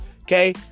Okay